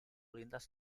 lintas